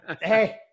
Hey